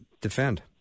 defend